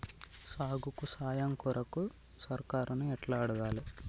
సాగుకు సాయం కొరకు సర్కారుని ఎట్ల అడగాలే?